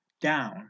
down